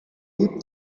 deep